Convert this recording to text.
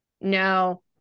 No